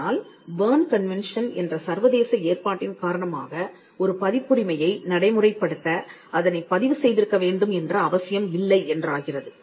ஆனால் Bern Convention என்ற சர்வதேச ஏற்பாட்டின் காரணமாக ஒரு பதிப்புரிமையை நடைமுறைப்படுத்த அதனைப் பதிவு செய்திருக்க வேண்டும் என்ற அவசியம் இல்லை என்றாகிறது